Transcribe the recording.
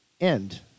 end